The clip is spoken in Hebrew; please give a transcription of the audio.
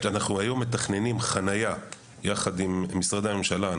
ומתכננים חנייה ביחד עם משרדי הממשלה.